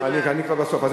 אני כבר בסוף.